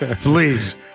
Please